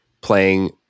playing